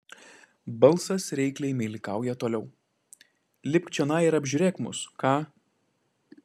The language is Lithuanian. balsas reikliai meilikauja toliau lipk čionai ir apžiūrėk mus ką